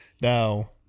Now